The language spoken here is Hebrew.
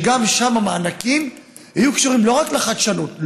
שגם שם המענקים יהיו קשורים לא רק לחדשנות,